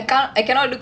ya